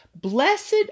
blessed